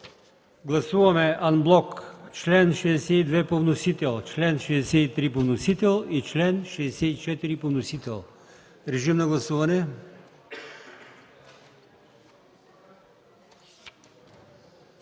Гласуваме анблок чл. 62 по вносител, чл. 63 по вносител и чл. 64 по вносител. Гласували